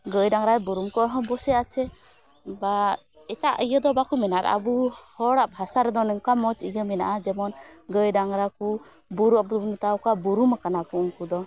ᱜᱟᱹᱭ ᱰᱟᱝᱨᱟᱭ ᱵᱩᱨᱩᱢᱠ ᱠᱚᱜ ᱦᱚᱸ ᱵᱚᱥᱮ ᱟᱪᱷᱮ ᱵᱟ ᱮᱴᱟᱜ ᱤᱭᱟᱹ ᱫᱚ ᱵᱟᱠᱚ ᱢᱮᱱᱟ ᱟᱨ ᱟᱵᱚ ᱦᱚᱲᱟᱜ ᱵᱷᱟᱥᱟ ᱨᱮᱫᱚ ᱱᱚᱝᱠᱟ ᱢᱚᱡᱽ ᱤᱭᱟᱹ ᱢᱮᱱᱟᱜᱼᱟ ᱡᱮᱢᱚᱱ ᱜᱟᱹᱭ ᱰᱟᱝᱜᱽᱨᱟ ᱠᱚ ᱟᱵᱚᱫᱚ ᱵᱚ ᱢᱮᱛᱟᱣᱠᱚᱣᱟ ᱵᱩᱨᱩᱢ ᱠᱟᱱᱟᱠᱚ ᱩᱝᱠᱩᱫᱚ